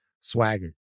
Swagger